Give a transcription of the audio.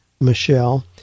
Michelle